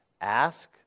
Ask